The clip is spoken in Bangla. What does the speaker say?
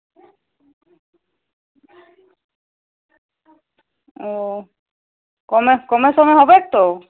ও কমে কমে সমে হবেক তো